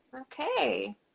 okay